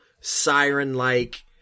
siren-like